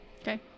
Okay